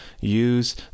use